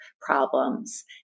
problems